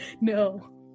no